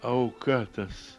auka tas